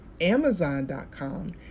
amazon.com